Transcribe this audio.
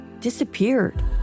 disappeared